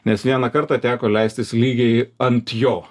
nes vieną kartą teko leistis lygiai ant jo